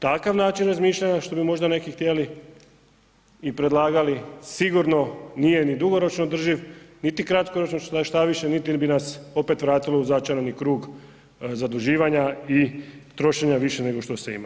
Takav način razmišljanja što bi možda neki htjeli i predlagali sigurno nije ni dugoročno održiv niti kratkoročno, štoviše niti bi nas opet vratilo u začarani krug zaduživanja i trošenja više nego što se ima.